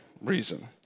reason